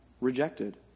rejected